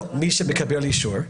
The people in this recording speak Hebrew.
מי שמקבל אישור.